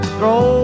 Throw